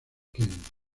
kent